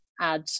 add